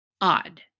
odd